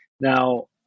Now